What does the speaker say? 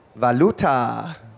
Valuta